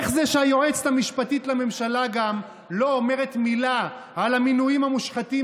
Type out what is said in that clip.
גם איך זה שהיועצת המשפטית לממשלה לא אומרת מילה על המינויים המושחתים,